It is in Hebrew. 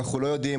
אנחנו לא יודעים.